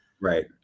Right